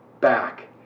back